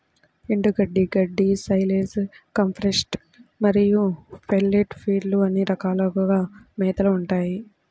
ఎండుగడ్డి, గడ్డి, silage, compressed మరియు పెల్లెట్ ఫీడ్లు అనే రకాలుగా మేతలు ఉంటాయి